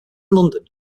london